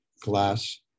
glass